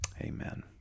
Amen